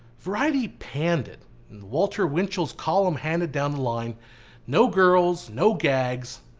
variety panned it and walter winchell's column handed down the line no girls, no gags,